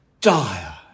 dire